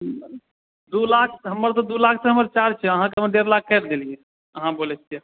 दू लाख तऽ दू लाख तऽ हमर चार्ज छियै तऽ आहाँके डेढ़ लाख कय देलिए अहाँ बोलेछियै